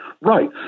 Right